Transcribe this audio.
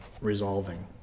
resolving